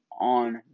on